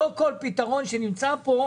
לא כל פתרון שנמצא כאן,